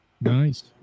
nice